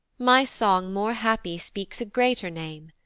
my song more happy speaks a greater name,